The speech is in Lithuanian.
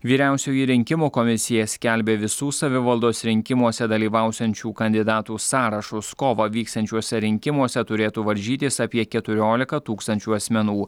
vyriausioji rinkimų komisija skelbia visų savivaldos rinkimuose dalyvausiančių kandidatų sąrašus kovą vyksiančiuose rinkimuose turėtų varžytis apie keturiolika tūkstančių asmenų